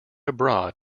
abroad